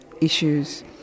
issues